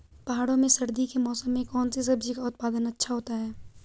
पहाड़ों में सर्दी के मौसम में कौन सी सब्जी का उत्पादन अच्छा होता है?